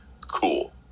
cool